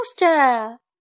Monster